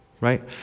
right